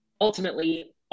ultimately